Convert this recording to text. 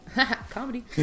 Comedy